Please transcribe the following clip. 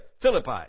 Philippi